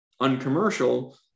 uncommercial